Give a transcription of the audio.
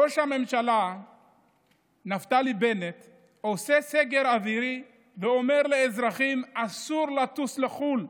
ראש הממשלה נפתלי בנט עושה סגר אווירי ואומר לאזרחים שאסור לטוס לחו"ל,